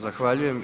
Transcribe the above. Zahvaljujem.